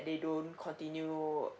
they don't continue